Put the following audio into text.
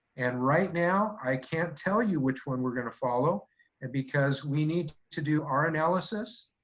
and right now i can't tell you which one we're gonna follow and because we need to do our analysis.